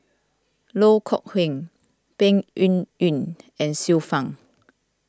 Loh Kok Heng Peng Yuyun and Xiu Fang